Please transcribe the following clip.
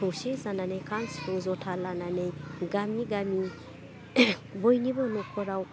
खौसे जानानै खाम सिफुं ज'था लानानै गामि गामि बयनिबो न'खराव